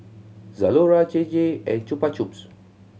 Zalora J J and Chupa Chups